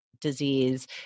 disease